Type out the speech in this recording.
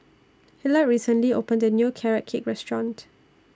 Hillard recently opened A New Carrot Cake Restaurant